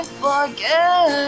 forget